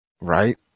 Right